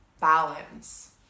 balance